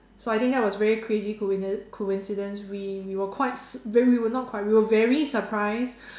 so I think that was very crazy coinci~ coincidence we we were quite sur~ wait we were not quite we were very surprise